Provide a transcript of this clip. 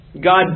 God